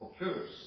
occurs